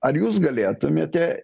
ar jūs galėtumėte